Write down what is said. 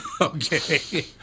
Okay